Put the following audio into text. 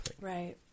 Right